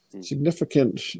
significant